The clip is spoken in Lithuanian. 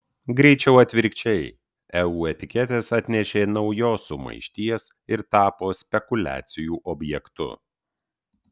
greičiau atvirkščiai eu etiketės atnešė naujos sumaišties ir tapo spekuliacijų objektu